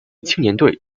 青年队